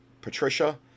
patricia